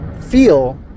feel